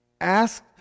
Ask